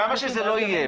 כמה שזה לא יהיה.